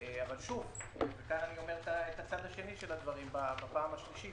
אני אומר את הצד השני של הדברים בפעם השלישית,